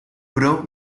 pro